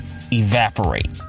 evaporate